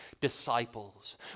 disciples